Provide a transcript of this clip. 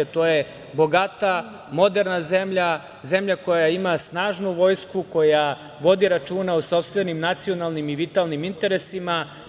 a to je bogata, moderna zemlja, zemlja koja ima snažnu vojsku, koja vodi računa o sopstvenim nacionalnim i vitalnim interesima.